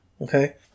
Okay